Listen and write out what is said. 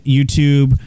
YouTube